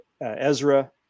Ezra